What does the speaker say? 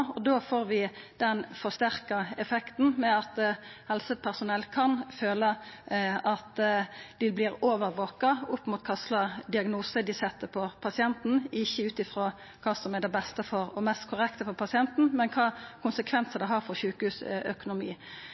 får vi den forsterka effekten med at helsepersonell kan føla at dei vert overvaka opp mot kva slags diagnose dei set på pasienten – ikkje ut frå kva som er det beste og mest korrekte for pasienten, men ut frå kva konsekvensar det har for